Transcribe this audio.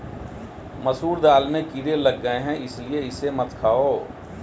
मसूर दाल में कीड़े लग गए है इसलिए इसे मत खाओ